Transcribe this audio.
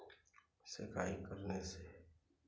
सेकाई करने से